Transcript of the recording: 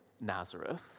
Nazareth